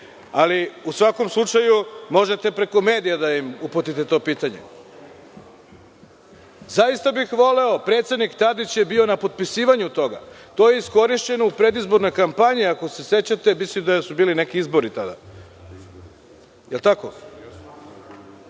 ali u svakom slučaju možete preko medija da im uputite to pitanje. Predsednik Tadić je bio na potpisivanju toga. To je iskorišćeno u predizbornoj kampanji, ako se sećate, bili su neki izbori tada. Da li je tako?